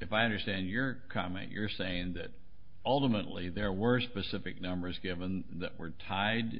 if i understand your comment you're saying that ultimately there were specific numbers given that were tied